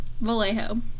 Vallejo